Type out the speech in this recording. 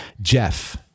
Jeff